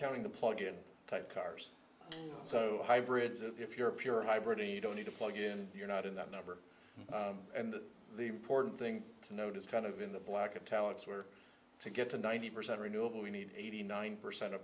counting the plug in type cars so hybrids if you're a pure hybrid and you don't need to plug in you're not in that number and the important thing to note is kind of in the black and talents were to get to ninety percent renewable we need eighty nine percent